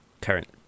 current